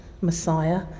Messiah